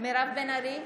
מירב בן ארי,